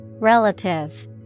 Relative